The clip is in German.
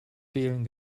fehlen